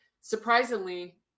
surprisingly